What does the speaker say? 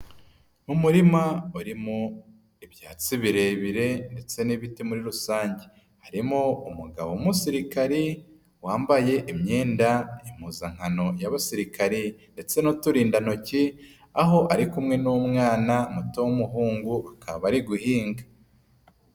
Umurima urimo ibyatsi birebire ndetse n'ibiti muri rusange. Harimo umugabo w'umusirikari wambaye imyenda impuzankano y'abasirikare ndetse n'uturindantoki, aho ari kumwe n'umwana muto w'umuhungu, bakaba bari guhinga.